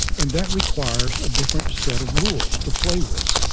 and that requires a different set of rules to play with.